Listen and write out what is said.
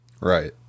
Right